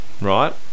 Right